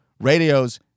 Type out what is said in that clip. Radios